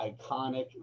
iconic